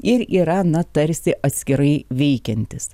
ir yra na tarsi atskirai veikiantis